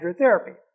hydrotherapy